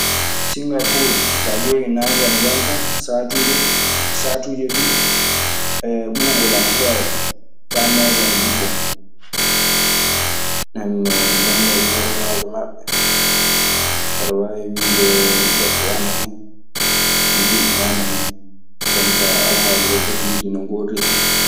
Singapuur so a ƴeewi naange ana yalta saatuuje, saatuuje duu ɓuubol ana heewa faa nees ana jippoo. Nden non banngal ñalawmaaji maɓɓe, aɗa waawi wiide daɓɓi ana hen, juutɗi ana hen. Jonkaa alhaali wakkatiiji ɗii no ngorri tan.